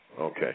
Okay